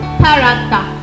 character